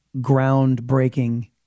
groundbreaking